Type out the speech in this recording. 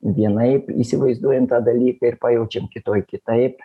vienaip įsivaizduojam tą dalyką ir pajaučiam kitoj kitaip